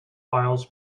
files